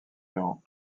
ferrand